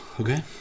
Okay